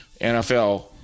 NFL